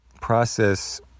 process